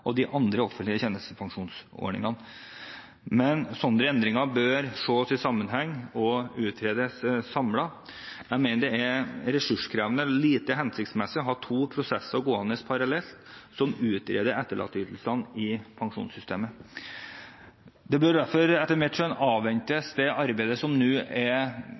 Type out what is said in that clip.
og de andre offentlige tjenestepensjonsordningene. Men sånne endringer bør ses i sammenheng og utredes samlet. Jeg mener det er ressurskrevende og lite hensiktsmessig å ha to prosesser gående parallelt som utreder etterlatteytelsene i pensjonssystemet. Derfor bør man etter mitt skjønn avvente det arbeidet som nå er